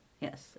yes